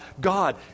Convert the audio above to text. God